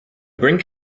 brink